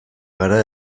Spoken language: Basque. gara